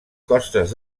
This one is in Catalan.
costes